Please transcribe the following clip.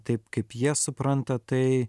taip kaip jie supranta tai